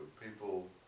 people